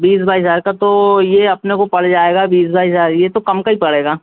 बीस बाईस हज़ार का तो ये अपने को पर जाएगा बीस बाईस हज़ार ये तो कम का ही पड़ेगा